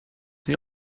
they